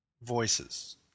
voices